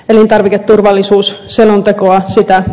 elintarviketurvallisuus selontekoa siitä